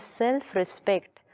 self-respect